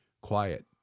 Quiet